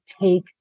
take